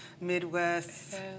Midwest